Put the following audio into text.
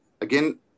again